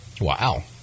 Wow